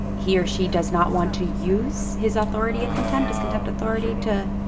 he or she does not want to use his authority of contempt his contempt authority to.